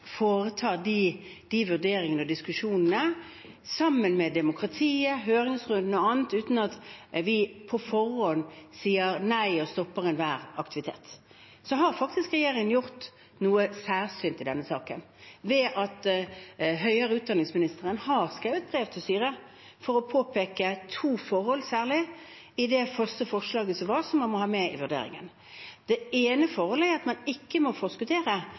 diskusjonene sammen med demokratiet – høringsrunder osv. – uten at vi på forhånd sier nei og stopper enhver aktivitet. Regjeringen har faktisk gjort noe særsynt i denne saken ved at høyere utdanningsministeren har skrevet brev til styret for å påpeke særlig to forhold i det første forslaget som man må ha med i vurderingen. Det ene forholdet er at man ikke må forskuttere